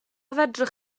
fedrwch